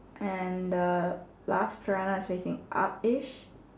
and the last piranha is facing up ish